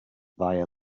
via